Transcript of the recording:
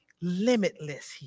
limitless